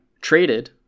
traded